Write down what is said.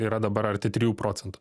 yra dabar arti trijų procentų